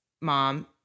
mom